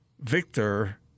Victor